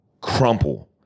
crumple